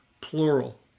Plural